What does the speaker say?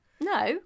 No